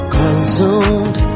consumed